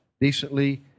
decently